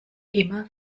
immer